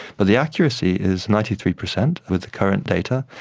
but the accuracy is ninety three percent with the current data,